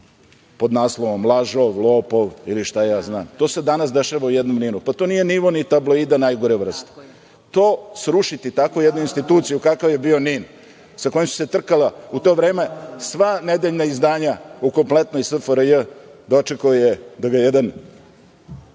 pod naslovom – lažov, lopov ili šta ja znam. To se danas dešava u jednom NIN-u. To nije nivo tabloida najgore vrste. Srušiti takvu jednu instituciju, kakav je bio NIN, sa kojim su se trkala u to vreme sva nedeljna izdanja u kompletnoj SFRJ, dočekao je da ga brka